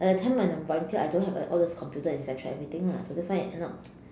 like that time when I volunteer I don't have all these computer et cetera everything lah that's why I end up